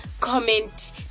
comment